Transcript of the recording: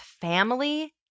family